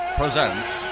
presents